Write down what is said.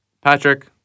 Patrick